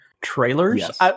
trailers